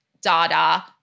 data